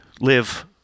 live